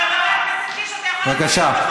מה אתה מתרגש, חבר הכנסת קיש?